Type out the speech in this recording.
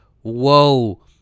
whoa